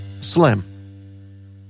Slim